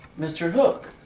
mr. hook!